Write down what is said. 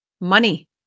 money